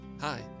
Hi